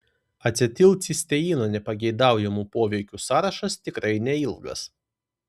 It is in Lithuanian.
acetilcisteino nepageidaujamų poveikių sąrašas tikrai neilgas